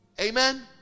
Amen